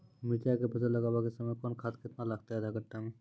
मिरचाय के फसल लगाबै के समय कौन खाद केतना लागतै आधा कट्ठा मे?